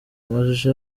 amashusho